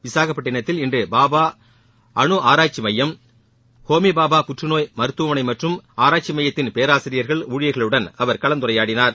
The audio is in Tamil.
விசாகப்பட்டிணத்தில் இன்று பாபா அணு ஆராய்ச்சி மையம் மற்றும் ஹோமிபாபா புற்று நோய் மருத்துவமனை மற்றும் ஆராய்ச்சி மையத்தின் பேராசிரியர்கள் ஊழியர்களுடன் அவர் கலந்துரையாடினார்